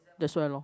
that's why loh